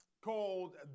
called